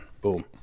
Boom